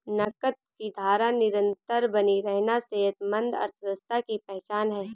नकद की धारा निरंतर बनी रहना सेहतमंद अर्थव्यवस्था की पहचान है